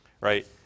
right